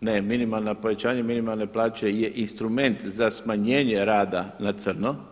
ne minimalna, povećanje minimalne plaće je instrument za smanjenje rada na crno.